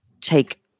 take